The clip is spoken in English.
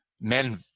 Men